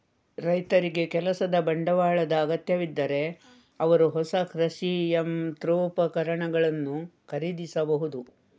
ರೈತರಿಗೆ ಕೆಲಸದ ಬಂಡವಾಳದ ಅಗತ್ಯವಿದ್ದರೆ ಅವರು ಹೊಸ ಕೃಷಿ ಯಂತ್ರೋಪಕರಣಗಳನ್ನು ಖರೀದಿಸಬಹುದು